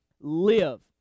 live